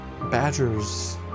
badgers